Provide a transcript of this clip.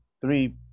three